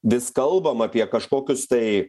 vis kalbam apie kažkokius tai